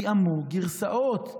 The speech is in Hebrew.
תיאמו גרסאות.